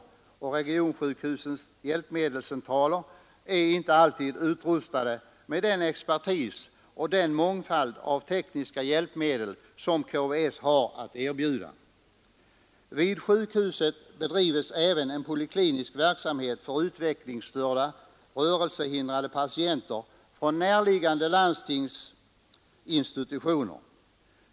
Vidare är regionsjukhusens hjälpmedelscentraler inte alltid utrustade med den expertis och den mångfald av tekniska hjälpmedel som KVS har att erbjuda. Vid sjukhuset bedrivs även en poliklinisk verksamhet för utvecklingsstörda rörelsehindrade patienter från närliggande landstings institutioner.